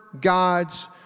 God's